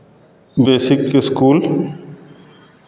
basic school